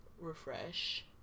refresh